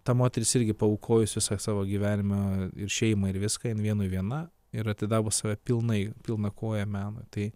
ta moteris irgi paaukojusius savo gyvenimą ir šeimą ir viską jin vienui viena ir atidavus save pilnai pilna koja mamą menui tai